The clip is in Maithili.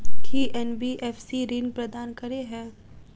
की एन.बी.एफ.सी ऋण प्रदान करे है?